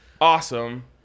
Awesome